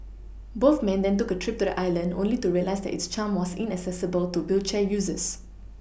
both men then took a trip to the island only to realise that its charm was inaccessible to wheelchair users